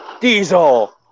Diesel